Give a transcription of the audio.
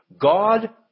God